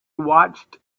watched